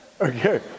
Okay